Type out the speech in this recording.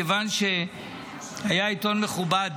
מכיוון שהיה עיתון מכובד,